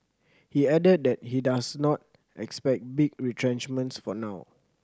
he added that he does not expect big retrenchments for now